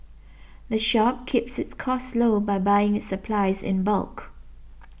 the shop keeps its costs low by buying its supplies in bulk